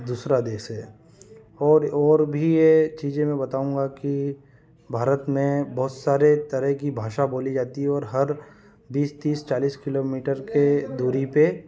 दूसरा देश है और और भी ये चीजें मैं बताऊँगा कि भारत में बहुत सारे तरह की भाषा बोली जाती है और हर बीस तीस चालीस किलोमीटर की दूरी पर